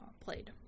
played